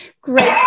Great